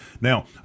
Now